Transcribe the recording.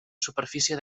superfície